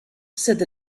said